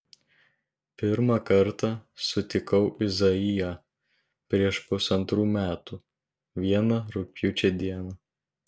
pirmą kartą sutikau izaiją prieš pusantrų metų vieną rugpjūčio dieną